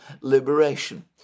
liberation